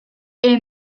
est